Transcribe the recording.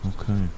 okay